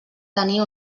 tenir